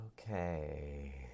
Okay